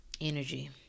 Energy